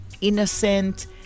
innocent